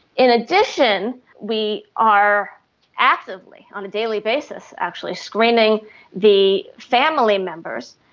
in addition we are actively, on a daily basis actually, screening the family members.